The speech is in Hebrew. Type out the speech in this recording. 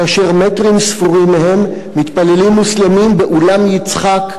כאשר מטרים ספורים מהם מתפללים מוסלמים באולם-יצחק,